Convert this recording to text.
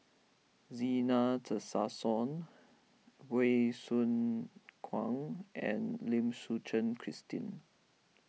Zena Tessensohn Soo Khiang and Lim Suchen Christine